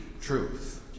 truth